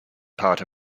part